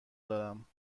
دارم